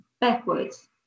backwards